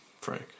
Frank